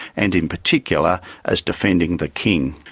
and in particular as defending the king.